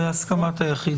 בהסכמת היחיד.